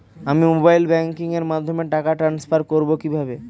আমি mobile banking এর মাধ্যমে টাকা টান্সফার করব কিভাবে?